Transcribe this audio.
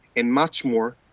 and much more,